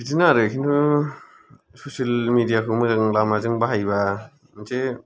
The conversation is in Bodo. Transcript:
बिदिनो आरो खिन्थु ससेल मिडिया खौ मोजां लामाजों बाहायोबा मोनसे